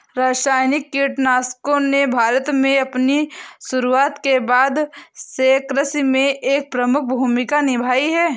रासायनिक कीटनाशकों ने भारत में अपनी शुरूआत के बाद से कृषि में एक प्रमुख भूमिका निभाई हैं